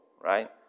right